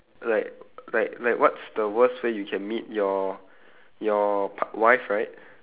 like like like what's the worst way you can meet your your part~ wife right